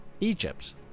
egypt